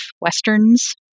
Westerns